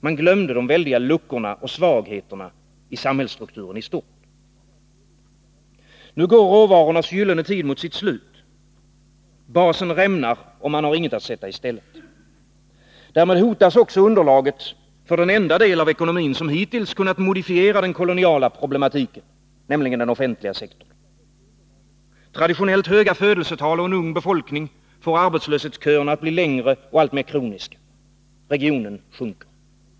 Man glömde de väldiga luckorna och svagheterna i samhällsstrukturen i stort. Nu går råvarornas gyllene tid mot sitt slut. Basen rämnar, och man har inget att sätta i stället. Därmed hotas också underlaget för den enda del av ekonomin som hittills kunnat modifiera den koloniala problematiken, nämligen den offentliga sektorn. Traditionellt höga födelsetal och en ung befolkning får arbetslöshetsköerna att bli längre och alltmer kroniska. Regionen sjunker.